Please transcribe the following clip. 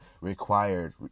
required